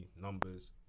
numbers